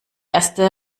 erste